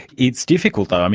it's difficult though. um